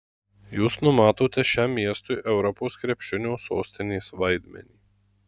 jūs numatote šiam miestui europos krepšinio sostinės vaidmenį